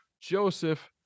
Joseph